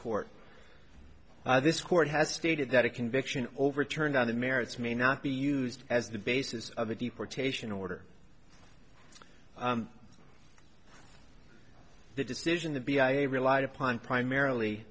court this court has stated that a conviction overturned on the merits may not be used as the basis of a deportation order the decision to be i relied upon primarily